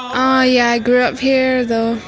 i yeah grew up here though,